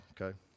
okay